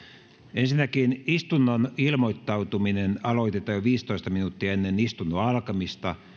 ensinnäkin istunnon ilmoittautuminen aloitetaan jo viisitoista minuuttia ennen istunnon alkamista